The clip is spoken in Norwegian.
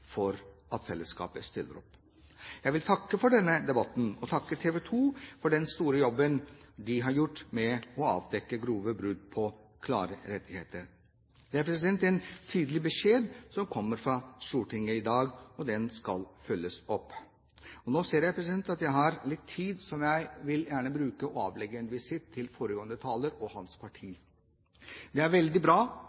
for at fellesskapet stiller opp. Jeg vil takke for denne debatten, og takke TV 2 for den store jobben de har gjort med å avdekke grove brudd på klare rettigheter. Det er en tydelig beskjed som kommer fra Stortinget i dag. Den skal følges opp. Nå ser jeg at jeg har litt taletid igjen, som jeg gjerne vil bruke til å avlegge foregående taler og hans parti